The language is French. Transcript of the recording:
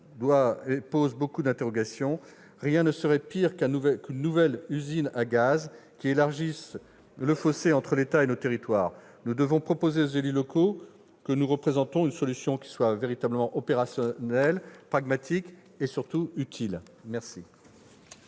de nombreuses interrogations. Rien ne serait pire qu'une nouvelle usine à gaz qui élargisse le fossé entre l'État et nos territoires. Nous devons proposer aux élus locaux que nous représentons une solution opérationnelle, pragmatique et surtout utile. La